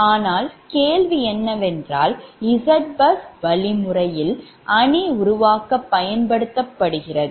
ஆனால் கேள்வி என்னவென்றால் Zbus வழிமுறையில் அணி உருவாக்க பயன்படுத்தபடுகிறது